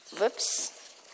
whoops